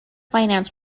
finance